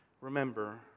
Remember